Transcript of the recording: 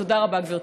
תודה רבה, גברתי.